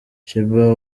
sheebah